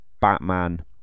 Batman